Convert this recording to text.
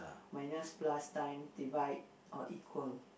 minus plus times divide or equal